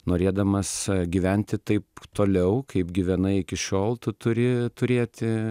norėdamas gyventi taip toliau kaip gyvenai iki šiol tu turi turėti